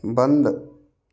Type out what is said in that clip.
बंद